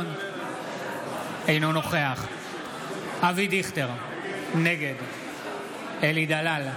אינו נוכח אבי דיכטר, נגד אלי דלל,